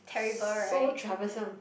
so troublesome